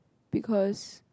because